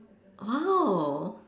oh